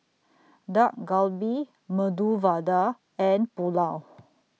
Dak Galbi Medu Vada and Pulao